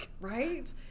right